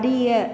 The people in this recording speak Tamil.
அறிய